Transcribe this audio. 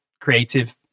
creative